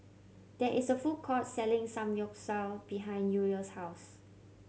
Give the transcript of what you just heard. there is a food court selling Samgyeopsal behind Uriel's house